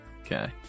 Okay